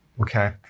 okay